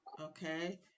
Okay